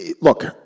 look